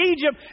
Egypt